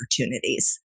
opportunities